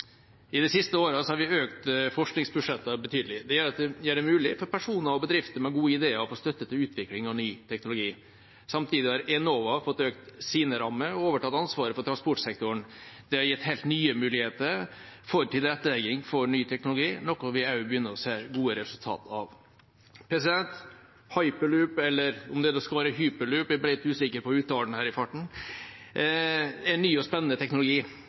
I de siste årene har vi økt forskningsbudsjettet betydelig. Det gjør det mulig for personer og bedrifter med gode ideer å få støtte til utvikling av ny teknologi. Samtidig har Enova fått økt sine rammer og overtatt ansvaret for transportsektoren. Det har gitt helt nye muligheter for tilrettelegging for ny teknologi, noe som vi også begynner å se gode resultater av. Hyperloop, «hayperloop» – eller om det skal være hyperloop, jeg ble litt usikker på uttalen her i farten – er en ny og spennende teknologi.